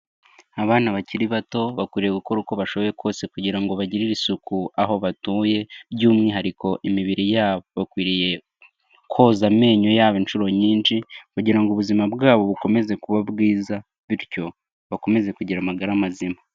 Abana bakiri bato, bakwiriye gukora uko bashoboye kose kugira ngo bagirerire isuku aho batoye, by'umwihariko imibiri yabo. Bakwiriye koza amenyo yabo inshuro nyinshi kugira ngo ubuzima bwabo bukomeze kuba bwiza, bityo bakomeze kugira amagara mazima.